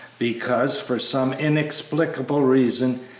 because, for some inexplicable reason,